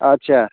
अच्छा